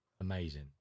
amazing